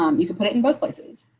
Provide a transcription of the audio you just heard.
um you can put it in both places.